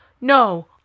No